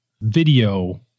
video